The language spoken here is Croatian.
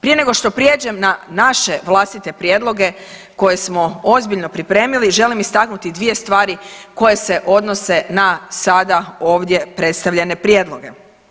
Prije nego što prijeđem na naše vlastite prijedloge koje smo ozbiljno pripremili želim istaknuti dvije stvari koje se odnose na sada ovdje predstavljene prijedloge.